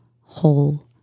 whole